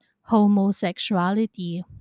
homosexuality